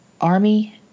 army